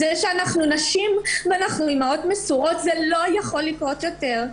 זה שאנחנו נשים ואנחנו אימהות מסורות זה לא יכול לקרות יותר.